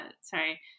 sorry